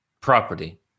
property